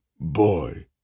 Boy